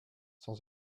sans